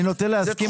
אני נוטה להסכים.